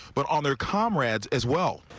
but on their comrade as well.